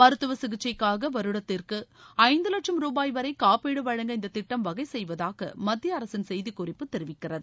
மருத்துவ சிகிச்சைக்காக வருடத்திற்கு ஐந்து வட்சம் ரூபாய் வரை காப்பீடு வழங்க இந்த திட்டம் வகை செய்வதாக மத்திய அரசின் செய்திக் குறிப்பு தெரிவிக்கிறது